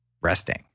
resting